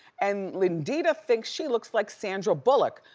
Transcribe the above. and lindita thinks she looks like sandra bullock.